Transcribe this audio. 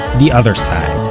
the other side